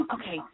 Okay